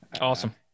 Awesome